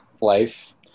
life